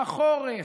בחורף,